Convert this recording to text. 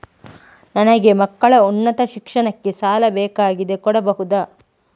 ನನಗೆ ಮಕ್ಕಳ ಉನ್ನತ ಶಿಕ್ಷಣಕ್ಕೆ ಸಾಲ ಬೇಕಾಗಿದೆ ಕೊಡಬಹುದ?